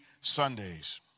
Sundays